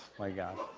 my gosh.